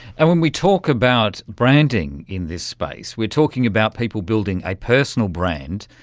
and when we talk about branding in this space, we're talking about people building a personal brand,